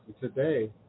today